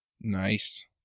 Nice